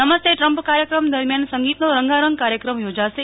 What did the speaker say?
નમસ્તે ટ્રમ્પ કાર્યક્રમ દરમિયાન સંગીતનો રંગારંગ કાર્યક્રમ યોજાશે